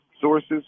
sources